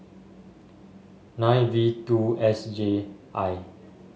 nine V two S J I